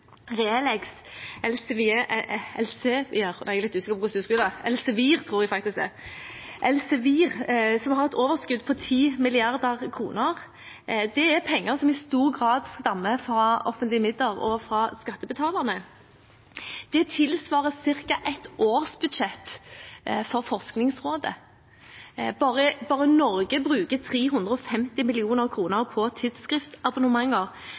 skal uttale det, men jeg tror det er «elsevir». Elsevier har hatt et overskudd på 10 mrd. kr, og det er penger som i stor grad stammer fra offentlige midler og skattebetalerne. Det tilsvarer ca. et årsbudsjett for Forskningsrådet. Bare Norge bruker 350